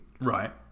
Right